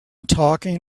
talking